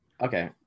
okay